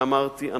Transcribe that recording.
אמרתי,